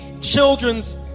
children's